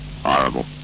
horrible